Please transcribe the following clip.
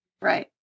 Right